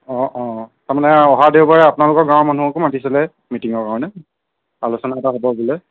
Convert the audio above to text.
অঁ অঁ তাৰমানে অহা দেওবাৰে আপোনালোকৰ গাঁৱৰ মানুহকো মাতিছিলে মিটিঙৰ কাৰণে আলোচনা এটা হ'ব বোলে